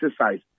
exercise